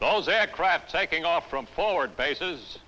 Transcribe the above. those aircraft taking off from forward bases